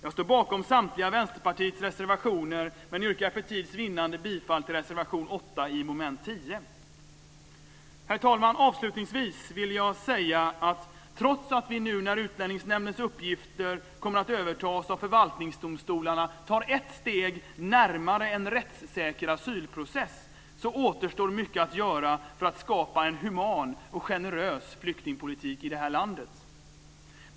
Jag står bakom samtliga Vänsterpartiets reservationer, men yrkar för tids vinnande bifall till reservation 8 under punkt 10. Herr talman! Avslutningsvis vill jag säga att trots att vi när Utlänningsnämndens uppgifter nu kommer att övertas av förvaltningsdomstolarna tar ett steg närmare en rättssäker asylprocess återstår mycket att göra för att skapa en human och generös flyktingpolitik i det här landet.